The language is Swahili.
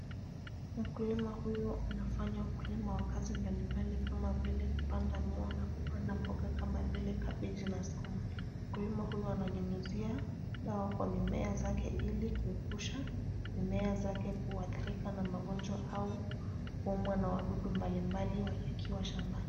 Mkulima huyu anafanya ukulima wa kazi mbalimbali kama vile kupanda miwa na kupanda mboga kama vile kabeji na sukuma. Mkulima huyu ananyunyizia dawa kwa mimea zake ili kuepusha mimea zake kuathirika na magonjwa au kuumwa na wadudu mbalimbali wakiwa shambani.